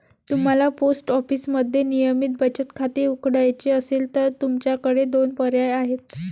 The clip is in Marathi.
तुम्हाला पोस्ट ऑफिसमध्ये नियमित बचत खाते उघडायचे असेल तर तुमच्याकडे दोन पर्याय आहेत